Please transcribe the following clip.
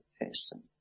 person